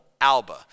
alba